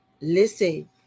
Listen